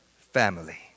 family